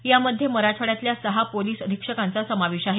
यामध्ये मराठवाड्यातल्या सहा पोलीस अधीक्षकांचा समावेश आहे